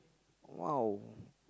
!wow!